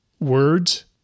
words